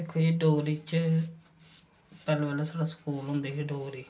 दिक्खो जी डोगरी च पैह्ला पैह्ला साढ़े स्कूल होंदे हे डोगरी